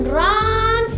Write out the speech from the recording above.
run